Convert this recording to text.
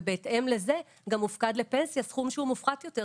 ובהתאם לזה גם מופקד לפנסיה סכום שהוא מופחת יותר,